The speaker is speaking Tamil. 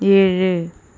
ஏழு